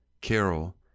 Carol